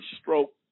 stroke